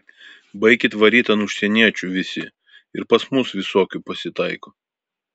baikit varyt ant užsieniečių visi ir pas mus visokių pasitaiko